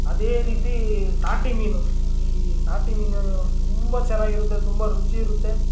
ಅದೇ ರೀತಿ ನಾಟಿ ಮೀನು ಈ ನಾಟಿ ಮೀನು ತುಂಬ ಚೆನ್ನಾಗಿರುತ್ತೆ ತುಂಬ ರುಚಿ ಇರುತ್ತೆ